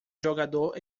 jogador